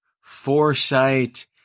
Foresight